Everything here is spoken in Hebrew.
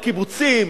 בקיבוצים,